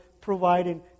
providing